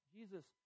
Jesus